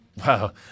Wow